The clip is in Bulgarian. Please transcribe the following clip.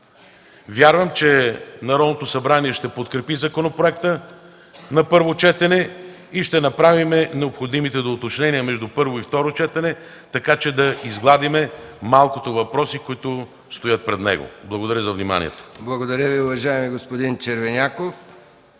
Вярвам, че Народното събрание ще подкрепи законопроекта на първо четене и ще направим необходимите доуточнения между първо и второ четене, за да изгладим малкото въпроси, които стоят пред него. Благодаря.